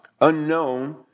unknown